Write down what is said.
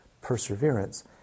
perseverance